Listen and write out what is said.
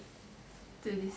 to listen